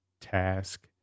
task